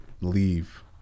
leave